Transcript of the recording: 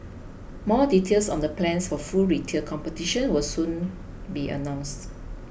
more details on the plans for full retail competition will soon be announced